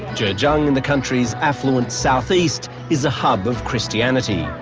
zhejiang in the country's affluent south east is a hub of christianity.